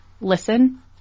listen